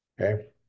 Okay